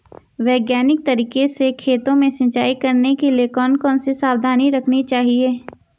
वैज्ञानिक तरीके से खेतों में सिंचाई करने के लिए कौन कौन सी सावधानी रखनी चाहिए?